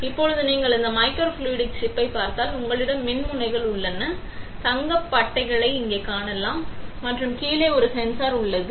இப்போது நீங்கள் இந்த மைக்ரோஃப்ளூய்டிக் சிப்பைப் பார்த்தால் உங்களிடம் மின்முனைகள் உள்ளன தங்கப் பட்டைகளை இங்கே காணலாம் மற்றும் கீழே ஒரு சென்சார் உள்ளது